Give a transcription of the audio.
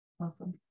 Awesome